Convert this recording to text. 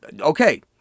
Okay